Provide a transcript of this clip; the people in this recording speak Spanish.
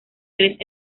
tres